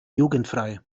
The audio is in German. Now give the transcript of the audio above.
jugendfrei